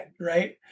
right